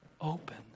open